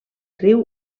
riu